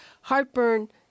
heartburn